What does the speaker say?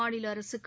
மாநிலஅரசுக்கு